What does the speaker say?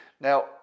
Now